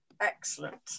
Excellent